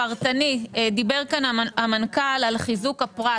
הפרטני, דיבר המנכ"ל על חיזוק הפרט.